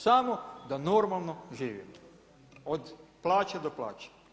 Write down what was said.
Samo da normalno živimo od plaće do plaće.